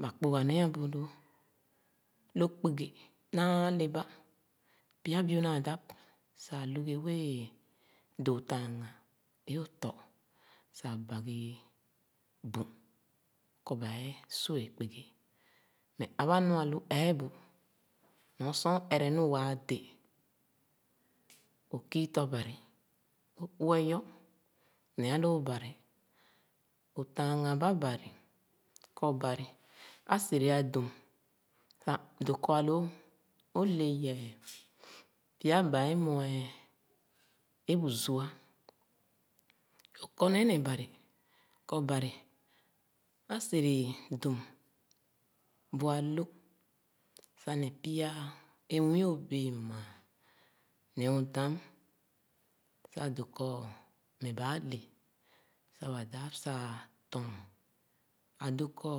Ba kpagha ne’a biin lō̄. Lo kpugi naa’o leba, pya bill naa sah sah lughi wéé dōō taaghān éo tɔ sah baghi bün sah kɔ ba é su’é kpungi. Meh aba nu alu eebu kɔ sor ō ere nu waa dē, ō ku tɔ-bari, ō uweyɔ neh àlōō bari, ō taaghān ba bari kɔ bari ā sere ā dum sah, dōō kɔ alo, ole yɛɛ pya ba é mue é bu zua Ō kɔ nee beh bari, kɔ bari a sere rum bu alō neh pya nwii o’bēē māān neh ō dam. Sah dóó kɔ ba a’le sah ba dāb sah tɔɔn. Ā dōō kɔ